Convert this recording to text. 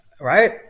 right